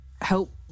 help